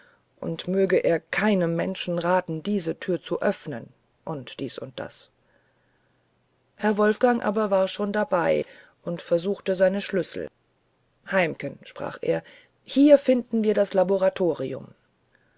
und möge er keinem menschen raten diese tür zu öffnen und dies und das herr wolfgang aber war schon dabei und versuchte seine schlüssel heimken sprach er hier finden wir das laboratorium